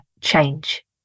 change